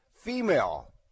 female